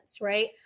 right